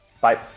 Bye